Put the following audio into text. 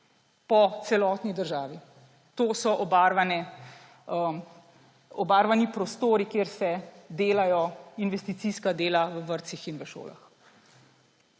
po celotni državi, to so obarvani prostori, kjer se delajo investicijska dela v vrtcih in v šolah.